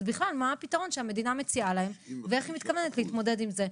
אז בכלל מה הפתרון שהמדינה מציעה להם ואיך היא מתכוונת להתמודד עם זה.